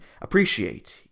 appreciate